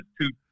two